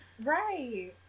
right